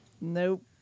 Nope